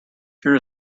fear